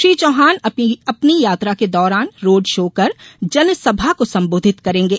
श्री चौहान अपनी यात्रा के दौरान रोड शो कर जन सभा को संबोधित करेंगे